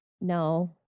No